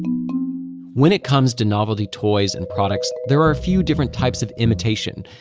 when it comes to novelty toys and products, there are a few different types of imitation.